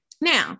Now